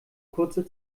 kurze